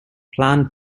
planned